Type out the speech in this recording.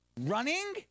running